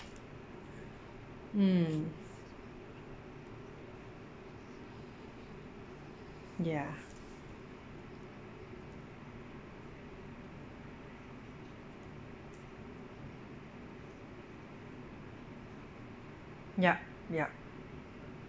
mm ya yup yup